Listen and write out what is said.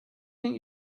think